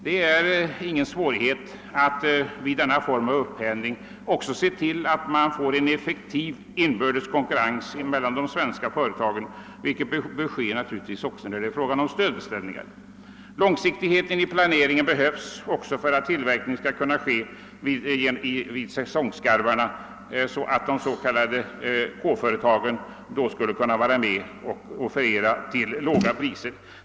Det är ingen svårighet att vid denna form av upphandling också se till att vi får en effektiv inbördes konkurrens mellan de svenska företagen, vilket naturligtvis bör ske även då det är fråga om stödbeställningar. Långsiktigheten behövs också för att tillverkningen skall kunna hållas i gång vid säsongskarvarna, så att K-företagen då kan vara med och offerera till låga priser.